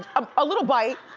um a little bite.